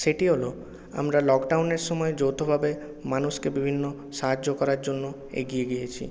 সেটি হল আমরা লকডাউনের সময়ে যৌথভাবে মানুষকে বিভিন্ন সাহায্য করার জন্য এগিয়ে গিয়েছি